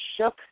shook